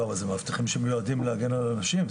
לא, זה מאבטחים שמיועדים להגן על אנשים.